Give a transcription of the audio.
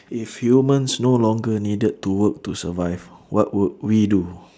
if humans no longer needed to work to survive what would we do